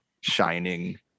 shining